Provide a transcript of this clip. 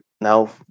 now